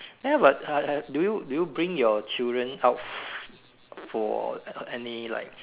ya but uh uh do you do you bring your children out for any like